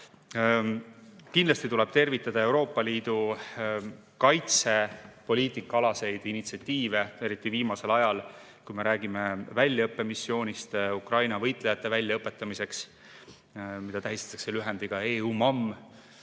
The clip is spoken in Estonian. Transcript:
Kindlasti tuleb tervitada Euroopa Liidu kaitsepoliitikaalaseid initsiatiive, eriti viimasel ajal, kui me räägime väljaõppemissioonist Ukraina võitlejate väljaõpetamiseks, mida tähistatakse lühendiga EUAM.